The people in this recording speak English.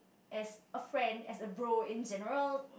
as a friend as a bro in general